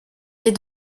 lait